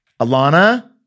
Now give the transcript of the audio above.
Alana